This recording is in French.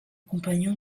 compagnons